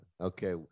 okay